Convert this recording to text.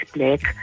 Black